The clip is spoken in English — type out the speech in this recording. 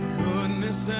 goodness